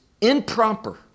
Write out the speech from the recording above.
improper